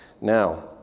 Now